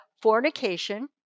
fornication